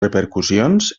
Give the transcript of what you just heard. repercussions